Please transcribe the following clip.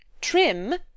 Trim